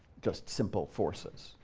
just simple forces.